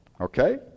okay